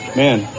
man